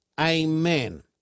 amen